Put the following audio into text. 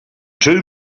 two